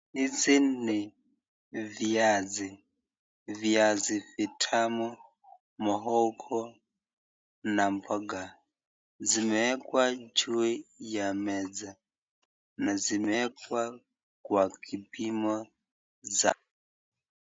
Hizi ni viazi. Viazi vitamu, muhogo na mboga. Zimewekwa juu ya meza na zimewekwa kwa kipimo za.